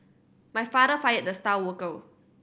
my father fired the star worker